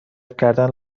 کردن